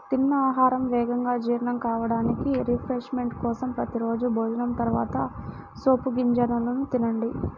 తిన్న ఆహారం వేగంగా జీర్ణం కావడానికి, రిఫ్రెష్మెంట్ కోసం ప్రతి రోజూ భోజనం తర్వాత సోపు గింజలను తినండి